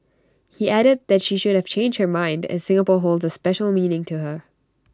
he added that she could have changed her mind as Singapore holds A special meaning to her